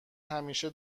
همیشه